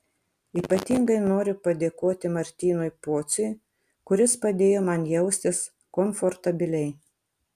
ypatingai noriu padėkoti martynui pociui kuris padėjo man jaustis komfortabiliai